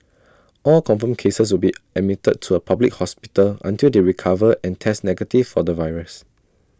all confirmed cases will be admitted to A public hospital until they recover and test negative for the virus